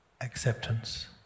acceptance